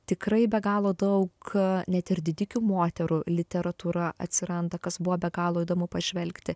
tikrai be galo daug net ir didikių moterų literatūra atsiranda kas buvo be galo įdomu pažvelgti